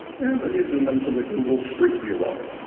and then you zoom in to the google street view level.